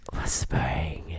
Whispering